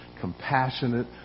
compassionate